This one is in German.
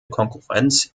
konkurrenz